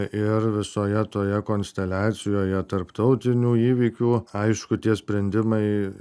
ir visoje toje konsteliacijoje tarptautinių įvykių aišku tie sprendimai